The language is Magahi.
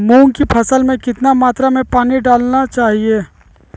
मूंग की फसल में कितना मात्रा में पानी डालना चाहिए?